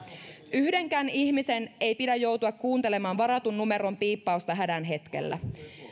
yhdenkään ihmisen ei pidä joutua kuuntelemaan varatun numeron piippausta hädän hetkellä